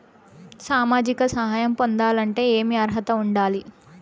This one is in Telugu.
సామాజిక సహాయం పొందాలంటే ఏమి అర్హత ఉండాలి?